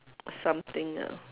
something ah